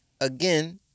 Again